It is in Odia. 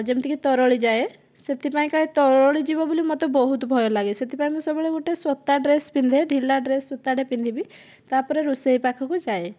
ଯେମିତିକି ତରଳି ଯାଏ ସେଥିପାଇଁ କା ତରଳି ଯିବ ବୋଲି ମୋତେ ବହୁତ ଭୟ ଲାଗେ ସେଥିପାଇଁ ମୁଁ ସବୁବେଳେ ଗୋଟିଏ ସୂତା ଡ୍ରେସ୍ ପିନ୍ଧେ ଢିଲା ଡ୍ରେସ୍ ସୂତାଟେ ପିନ୍ଧିବି ତା'ପରେ ରୋଷେଇ ପାଖକୁ ଯାଏ